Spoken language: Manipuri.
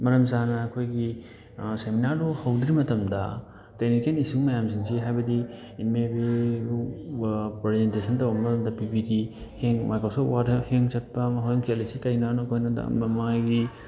ꯃꯔꯝ ꯆꯥꯅ ꯑꯩꯈꯣꯏꯒꯤ ꯁꯦꯃꯤꯅꯥꯔꯗꯨ ꯍꯧꯗ꯭ꯔꯤ ꯃꯇꯝꯗ ꯇꯦꯛꯅꯤꯀꯦꯜ ꯏꯁꯨ ꯃꯌꯥꯝꯁꯤꯡꯁꯦ ꯍꯥꯏꯕꯗꯤ ꯏꯠ ꯃꯦꯕꯤ ꯄ꯭ꯔꯖꯦꯟꯇꯦꯁꯟ ꯇꯧꯕ ꯃꯇꯝꯗ ꯄꯤ ꯄꯤ ꯇꯤ ꯍꯦꯡ ꯃꯥꯏꯀ꯭ꯔꯣꯁꯣꯄ ꯋꯥꯔꯗꯇꯣ ꯍꯦꯡ ꯆꯠꯄ ꯃꯈꯣꯏꯅ ꯆꯠꯂꯤꯁꯤ ꯀꯩꯅꯣ ꯃꯃꯥꯏꯒꯤ